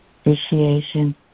appreciation